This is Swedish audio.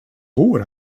bor